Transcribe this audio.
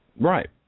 Right